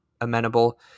amenable